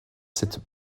cette